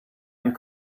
and